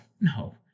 No